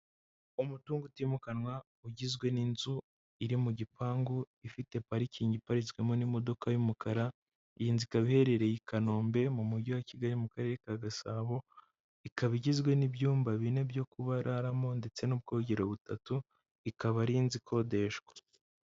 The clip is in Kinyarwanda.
Umutungo utimukanwa ugizwe n'inzu iri mu gipangu ifite parikingi iparitswemo n'imodoka y'umukara, iyi nzi ikaba iherereye i Kanombe mu mujyi wa Kigali mu karere ka Gasabo ikaba igizwe n'ibyumba bine byo kuraramo ndetse n'ubwogero butatu, ikaba ari inzu ikodeshwa.